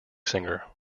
singer